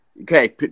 Okay